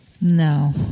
No